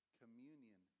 communion